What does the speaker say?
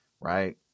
Right